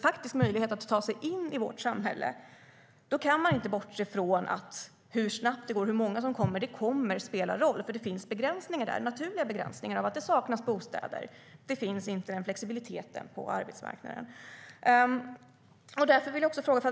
faktisk möjlighet att ta sig in i vårt samhälle kan vi inte bortse från hur snabbt och hur många som kommer. Det kommer att spela roll, för det finns naturliga begränsningar av att det saknas bostäder och att det inte finns flexibilitet på arbetsmarknaden.